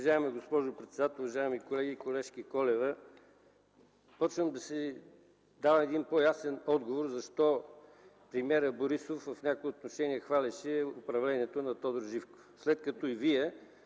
Уважаема госпожо председател, уважаеми колеги! Колежке Колева, започвам да си давам по-ясен отговор защо премиерът Борисов в някои отношения хвалеше управлението на Тодор Живков, след като и Вие